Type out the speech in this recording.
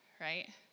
right